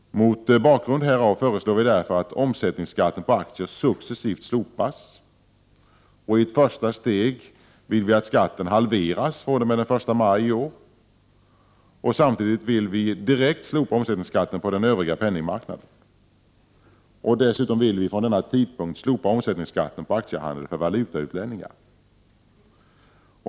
Mot bakgrund härav föreslår vi därför att omsättningsskatten på aktier successivt slopas. I ett första steg vill vi att skatten halveras fr.o.m. den 1 maj i år. Samtidigt härmed vill vi direkt slopa omsättningsskatten på den övriga penningmarknaden. Dessutom vill vi från denna tidpunkt slopa omsättningsskatten på aktiehandel för valutautlänningar.